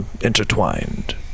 intertwined